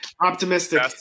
Optimistic